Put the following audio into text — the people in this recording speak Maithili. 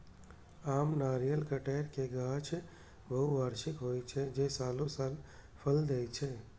आम, नारियल, कहटर के गाछ बहुवार्षिक होइ छै, जे सालों साल फल दै छै